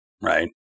right